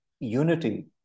Unity